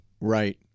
Right